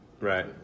right